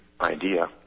idea